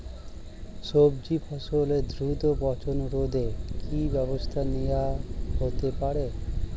সবজি ফসলের দ্রুত পচন রোধে কি ব্যবস্থা নেয়া হতে পারে?